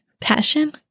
passion